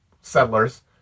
settlers